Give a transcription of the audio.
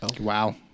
Wow